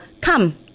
come